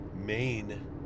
main